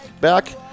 back